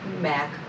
Mac